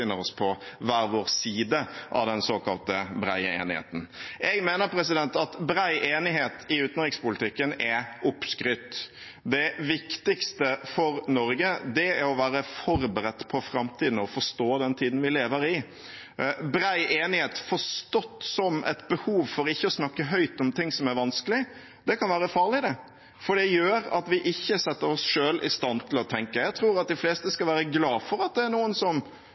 oss på hver vår side av den såkalte brede enigheten. Jeg mener at bred enighet i utenrikspolitikken er oppskrytt. Det viktigste for Norge er å være forberedt på framtiden og forstå den tiden vi lever i. Bred enighet forstått som et behov for ikke å snakke høyt om ting som er vanskelige, kan være farlig, for det gjør at vi ikke setter oss selv i stand til å tenke. Jeg tror de fleste skal være glade for at det er noen